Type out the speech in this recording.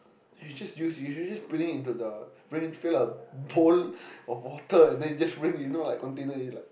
you just use you you're just putting it into the fill up a bowl of water and then just rinse you now container you like